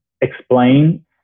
explain